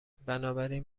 بنابراین